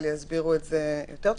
אבל יסבירו את זה טוב יותר.